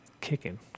kicking